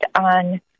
on